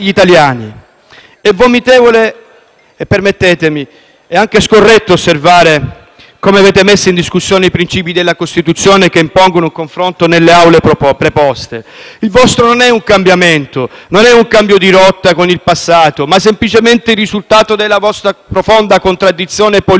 - permettetemi di dire - anche scorretto osservare come avete messo in discussione i princìpi della Costituzione che impongono un confronto nelle Aule preposte. Il vostro non è un cambiamento, non è un cambio di rotta con il passato, ma è semplicemente il risultato della vostra profonda contraddizione politica interna che, fino all'ultimo